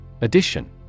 Addition